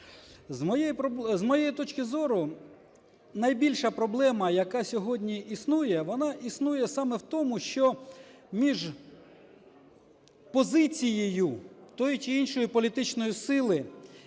З моєї точки зору, найбільша проблема, яка сьогодні існує, вона існує саме в тому, що між позицією тої чи іншої політичної сили,